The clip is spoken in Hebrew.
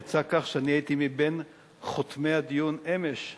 יצא כך שאני הייתי מחותמי הדיון אמש,